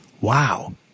Wow